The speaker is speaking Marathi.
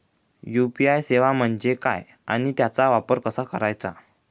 यू.पी.आय सेवा म्हणजे काय आणि त्याचा वापर कसा करायचा?